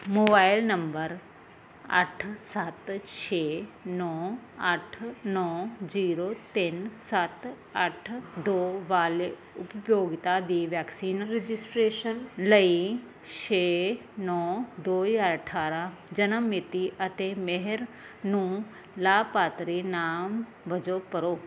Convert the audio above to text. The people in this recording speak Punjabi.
ਮੋਬਾਈਲ ਨੰਬਰ ਅੱਠ ਸੱਤ ਛੇ ਨੌਂ ਅੱਠ ਨੌਂ ਜ਼ੀਰੋ ਤਿੰਨ ਸੱਤ ਅੱਠ ਦੋ ਵਾਲੇ ਉਪਭੋਗਤਾ ਦੀ ਵੈਕਸੀਨ ਰਜਿਸਟ੍ਰੇਸ਼ਨ ਲਈ ਛੇ ਨੌਂ ਦੋ ਹਜ਼ਾਰ ਅਠਾਰ੍ਹਾਂ ਜਨਮ ਮਿਤੀ ਅਤੇ ਮੇਹਰ ਨੂੰ ਲਾਭਪਾਤਰੀ ਨਾਮ ਵਜੋਂ ਭਰੋ